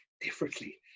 differently